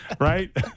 right